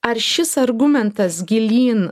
ar šis argumentas gilyn